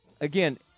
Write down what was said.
again